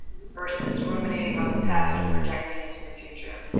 versus ruminating on the past or projecting into the future.